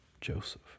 Joseph